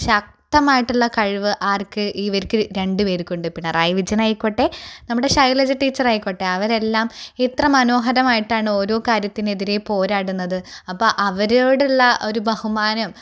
ശക്തമായിട്ടുള്ള കഴിവ് ആര്ക്ക് ഇവര്ക്ക് രണ്ടുപേര്ക്കും ഉണ്ട് പിണറായി വിജയനായിക്കോട്ടെ നമ്മുടെ ശൈലജ ടീച്ചറായിക്കോട്ടെ ആവരെല്ലാം എത്ര മനോഹരമായിട്ടാണ് ഓരോ കാര്യത്തിനെതിരെ പോരാടുന്നത് അപ്പോൾ അവരോടുള്ള ആ ഒരു ബഹുമാനം